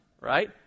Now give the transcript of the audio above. right